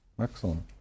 Excellent